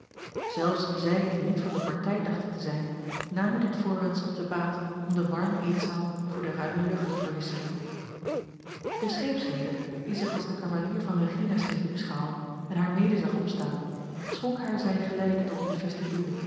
zelfs zij die niet van de partij dachten te zijn namen dit voorwendsel te baat om de warme eetzaal voor de ruime lucht te verwisselen de scheepsreeder die zich als de cavalier van regina scheen te beschouwen en haar mede zag opstaan schonk haar zijn geleide tot in de